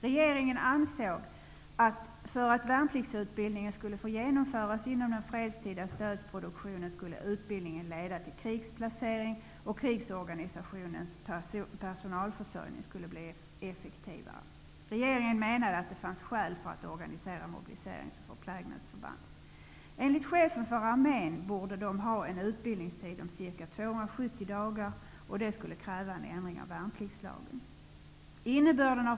Regeringen ansåg att för att värnpliktsutbildningen skulle få genomföras inom den fredstida stödproduktionen skulle utbildningen leda till krigsplacering. Krigsorganisationens personalförsörjning skulle bli effektivare. Regeringen menade att det fanns skäl för att organisera mobiliserings och förplägnadsförband. Enligt Chefen för armén borde de ha en utbildningstid på ca 270 dagar. Det skulle kräva en ändring av värnpliktslagen.